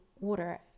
order